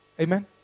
Amen